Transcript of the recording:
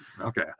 Okay